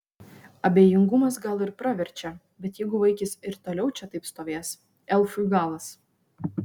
abejingumas gal ir praverčia bet jeigu vaikis ir toliau čia taip stovės elfui galas